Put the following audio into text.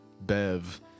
Bev